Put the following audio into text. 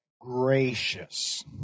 gracious